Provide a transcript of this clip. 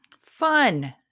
Fun